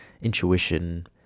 intuition